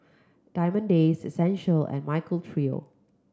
Diamond Days Essential and Michael Trio